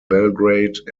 belgrade